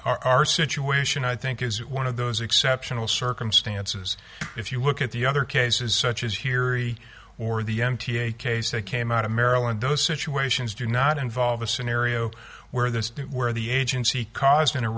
said our situation i think is one of those exceptional circumstances if you look at the other cases such as here e or the m t a case that came out of maryland those situations do not involve a scenario where this where the agency caus